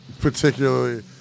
particularly